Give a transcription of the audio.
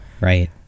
right